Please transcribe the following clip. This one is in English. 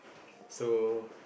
so